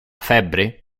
febbre